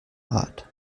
art